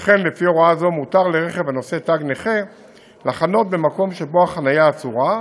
שכן לפי הוראה זו מותר לרכב הנושא תג נכה לחנות במקום שבו החניה אסורה,